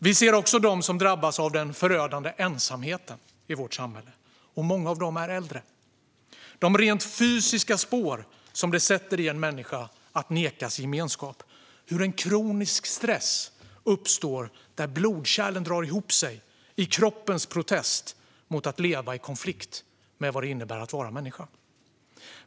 Vi ser också dem som drabbas av den förödande ensamheten i vårt samhälle, varav många är äldre - de rent fysiska spår som det sätter i en människa att nekas gemenskap och hur en kronisk stress uppstår där blodkärlen drar ihop sig i kroppens protest mot att leva i konflikt med vad det innebär att vara människa.